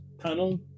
tunnel